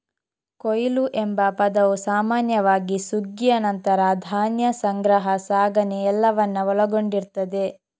ಕೊಯ್ಲು ಎಂಬ ಪದವು ಸಾಮಾನ್ಯವಾಗಿ ಸುಗ್ಗಿಯ ನಂತರ ಧಾನ್ಯ ಸಂಗ್ರಹ, ಸಾಗಣೆ ಎಲ್ಲವನ್ನ ಒಳಗೊಂಡಿರ್ತದೆ